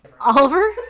Oliver